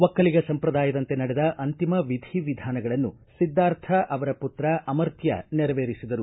ಒಕ್ಕಲಿಗ ಸಂಪ್ರದಾಯದಂತೆ ನಡೆದ ಅಂತಿಮ ವಿಧಿವಿಧಾನಗಳನ್ನು ಸಿದ್ದಾರ್ಥ ಅವರ ಮತ್ರ ಅಮರ್ತ್ವ ನೆರವೇರಿಸಿದರು